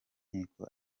nkiko